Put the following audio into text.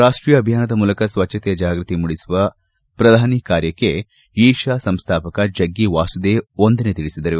ರಾಷ್ಷೀಯ ಅಭಿಯಾನದ ಮೂಲಕ ಸ್ವಚ್ಛತೆಯ ಜಾಗೃತಿ ಮೂಡಿಸುವ ಪ್ರಧಾನಿ ಕಾರ್ಯಕ್ಕೆ ಈಶಾ ಸಂಸ್ಥಾಪಕ ಜಗ್ಗಿ ವಾಸುದೇವ್ ವಂದನೆ ತಿಳಿಸಿದ್ದಾರೆ